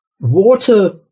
water